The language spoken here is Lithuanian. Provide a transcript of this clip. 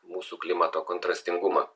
mūsų klimato kontrastingumą